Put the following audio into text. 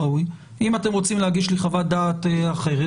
אם אתם רוצים להגיש לי חוות דעת אחרת,